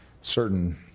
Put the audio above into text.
certain